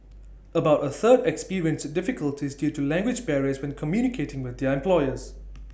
about A third experienced difficulties due to language barriers when communicating with their employers